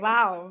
Wow